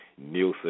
Nielsen